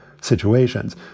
situations